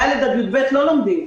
תלמידי כיתות ד' י"ב לא לומדים.